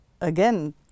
again